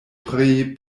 pri